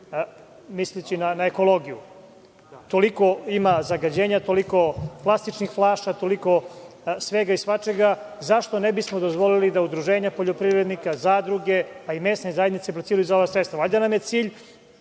misleći na ekologiju. Toliko ima zagađenja, toliko plastičnih flaša, toliko svega i svačega. Zašto ne bismo dozvolili da udruženja poljoprivrednika, zadruge, pa i mesne zajednice apliciraju za ova sredstva? Valjda nam je cilj